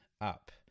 up